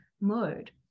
mode